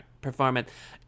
performance